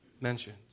mentioned